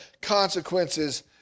consequences